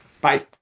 Bye